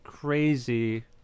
Crazy